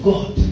God